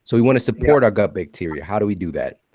so we want to support our gut bacteria. how do we do that?